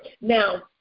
Now